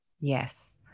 yes